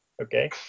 okay.